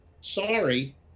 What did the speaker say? Sorry